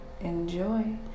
Enjoy